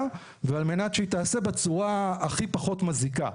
ועל מנת שהיא תיעשה בצורה הכי פחות מזיקה.